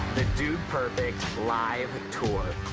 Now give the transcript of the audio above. the dude perfect live tour.